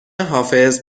حافظ